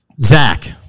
Zach